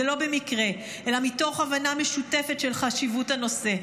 זה לא במקרה אלא מתוך הבנה משותפת של חשיבות הנושא.